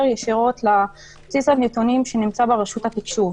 ישירות לבסיס הנתונים שנמצא ברשות התקשוב.